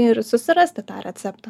ir susirasti tą receptą